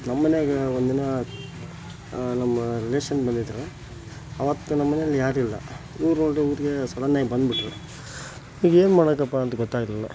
ನಮ್ಮ ಮನ್ಯಾಗ ಒಂದಿನ ನಮ್ಮ ರಿಲೇಷನ್ ಬಂದಿದ್ದರು ಅವತ್ತು ನಮ್ಮ ಮನೇಲಿ ಯಾರಿಲ್ಲ ಇವ್ರು ನೋಡಿದ್ರೆ ಊಟಕ್ಕೆ ಸಡನ್ನಾಗಿ ಬಂದುಬಿಟ್ರು ಈಗೇನು ಮಾಡಬೇಕಪ್ಪ ಅಂತ ಗೊತ್ತಾಗಲಿಲ್ಲ